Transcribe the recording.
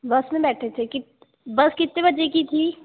बस में बैठे थे कि बस कितने बजे की थी